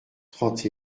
trente